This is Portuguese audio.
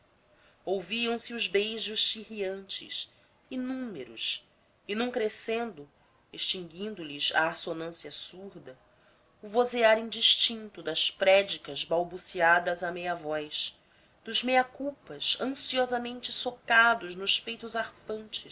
peitos ouviam-se os beijos chirriantes inúmeros e num crescendo extinguindo lhes a assonância surda o vozear indistinto das prédicas balbuciadas a meia voz dos mea culpas ansiosamente socados nos peitos arfantes